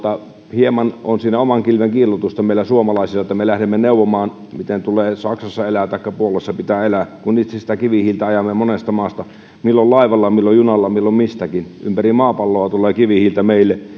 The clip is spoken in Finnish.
hieman on siinä oman kilven kiillotusta meillä suomalaisilla että me lähdemme neuvomaan miten tulee saksassa elää taikka puolassa pitää elää kun itse sitä kivihiiltä ajamme monesta maasta milloin laivalla milloin junalla milloin mistäkin ympäri maapalloa tulee kivihiiltä meille